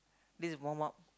this is warm up